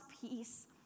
peace